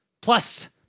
Plus